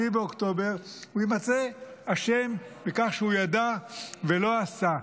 באוקטובר הוא יימצא אשם בכך שהוא ידע ולא עשה.